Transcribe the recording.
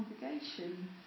congregation